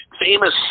famous